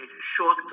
short